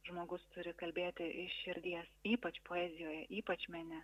žmogus turi kalbėti iš širdies ypač poezijoj ypač mene